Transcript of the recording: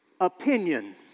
opinion